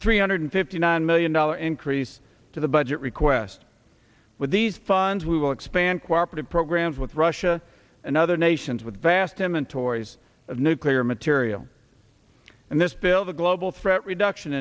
three hundred fifty nine million dollar increase to the budget request with these funds we will expand cooperative programs with russia and other nations with vast him in tory's of nuclear material and this bill the global threat reduction